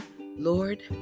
Lord